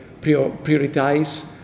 prioritize